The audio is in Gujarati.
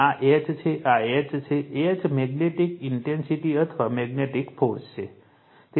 આ H છે આ H છે H મેગ્નેટિક ઇન્ટેન્સિટી અથવા મેગ્નેટિક ફોર્સ છે